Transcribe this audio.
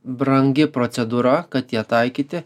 brangi procedūra kad ją taikyti